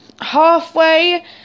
halfway